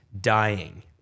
dying